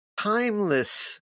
timeless